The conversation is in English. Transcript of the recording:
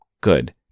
Good